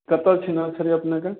कतऽ ठिमयल छलय अपने कए